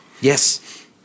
Yes